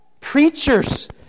Preachers